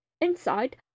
Inside